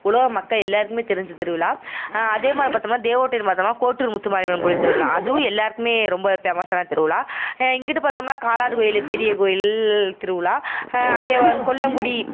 உலக மக்கள் எல்லாருக்குமே தெரிஞ்ச திருவிழா அதேமாதிரி பார்த்தோம்னா தேவோட்டையில் பார்த்தோம்னா கோட்டூர் முத்துமாரி அம்மன் கோயில் திருவிழா அதுவும் எல்லாருக்குமே ரொம்ப பேமஸ்ஸான திருவிழா இங்கிட்டு பார்த்தோம்னா காலாண்டு கோயிலு பெரிய கோயில் திருவிழா அங்கே கொல்லங்குடி